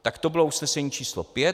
Tak to bylo usnesení číslo 5.